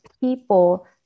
people